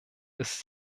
ist